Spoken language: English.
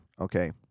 okay